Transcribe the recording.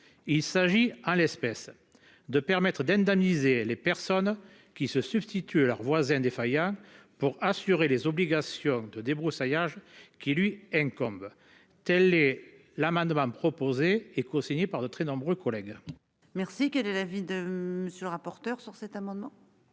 il s'agit à l'espèce de permettre d'indemniser les personnes qui se substituer leurs voisins défaillant pour assurer les obligations de débroussaillage qui lui incombe. Telle est l'amendement proposé et co-signée par de très nombreux collègues. Merci. Que de la ville. Monsieur le rapporteur sur cet amendement.